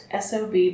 SOB